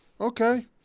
Okay